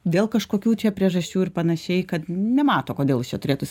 dėl kažkokių čia priežasčių ir panašiai kad nemato kodėl jis čia turėtų